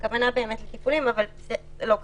הכוונה לטיפולים אבל זה לא קריטי.